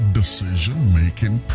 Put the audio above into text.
decision-making